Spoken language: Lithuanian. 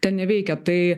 ten neveikia tai